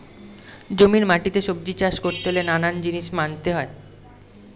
জমির মাটিতে সবজি চাষ করতে হলে নানান জিনিস মানতে হয়